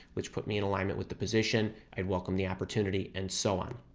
which puts me in alignment with the position. i'd welcome the opportunity and so on.